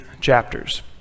chapters